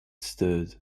stirred